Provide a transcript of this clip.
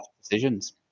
decisions